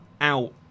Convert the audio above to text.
out